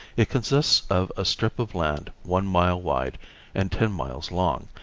it consists of a strip of land one mile wide and ten miles long,